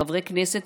חברי כנסת,